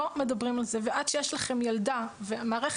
לא מדברים על זה ועד שיש לכם ילדה והמערכת